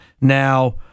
Now